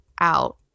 out